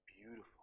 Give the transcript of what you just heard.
beautiful